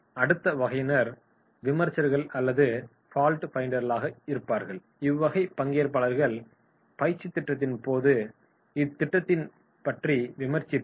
அடுத்த வகையினர் விமர்சகர்கள் அல்லது பால்ட் பைண்டர்களாக இருப்பார்கள் இவ்வகை பங்கேற்பாளர்கள் பயிற்சித் திட்டத்தின் போது இத்திட்டத்தை பற்றி விமர்சிப்பார்கள்